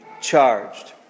charged